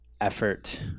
effort